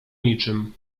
niczym